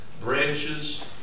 branches